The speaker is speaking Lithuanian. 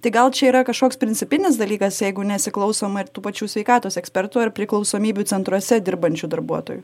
tai gal čia yra kažkoks principinis dalykas jeigu nesiklausoma ir tų pačių sveikatos ekspertų ar priklausomybių centruose dirbančių darbuotojų